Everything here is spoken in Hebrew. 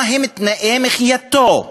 מה הם תנאי מחייתו?